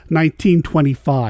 1925